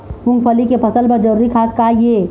मूंगफली के फसल बर जरूरी खाद का ये?